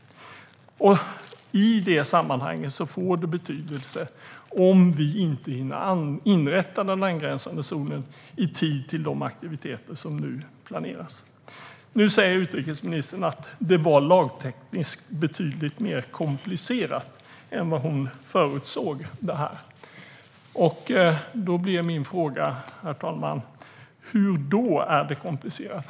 I det sammanhanget har det betydelse om vi inte hinner inrätta den angränsande zonen i tid inför de aktiviteter som nu planeras. Nu säger utrikesministern att det var lagtekniskt betydligt mer komplicerat än vad hon förutsåg. Då blir min fråga, herr talman: På vilket sätt är det komplicerat?